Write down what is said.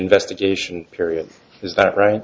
investigation period is that right